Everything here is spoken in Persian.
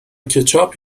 کچاپ